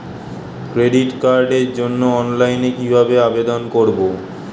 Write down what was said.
Credit কার্ডের জন্য অনলাইনে কিভাবে আবেদন করব?